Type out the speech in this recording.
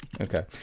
Okay